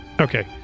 okay